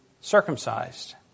circumcised